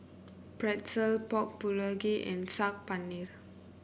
Pretzel Pork Bulgogi and Saag Paneer